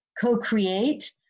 co-create